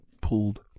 pulled